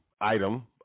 item